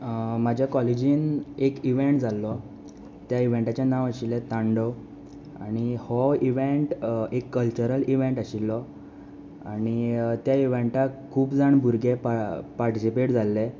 म्हज्या कॉलेजीन एक इवँट जाल्लो त्या इवँटाचें नांव आशिल्लें तांडव आनी हो इवँट एक कल्चरल इवँट आशिल्लो आनी त्या इवँटाक खूब जाण भुरगे पा पार्टिसिपेट जाल्ले